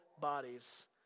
bodies